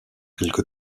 quelque